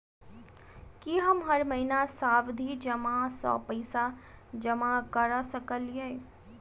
की हम हर महीना सावधि जमा सँ पैसा जमा करऽ सकलिये?